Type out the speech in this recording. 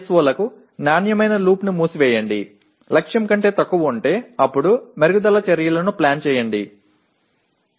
PSOவிற்கும் தர வளையத்தை மூடுங்கள் இலக்கை விட குறைவாக இருந்தால் மேம்பாட்டு நடவடிக்கைகளைத் திட்டமிடுங்கள்